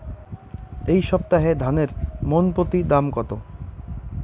এই সপ্তাহে ধানের মন প্রতি দাম কত?